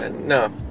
no